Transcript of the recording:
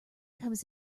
comes